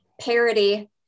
parity